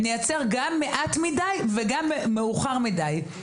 נייצר גם מעט מדי, וגם מאוחר מדי.